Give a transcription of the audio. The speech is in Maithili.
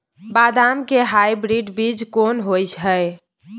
बदाम के हाइब्रिड बीज कोन होय है?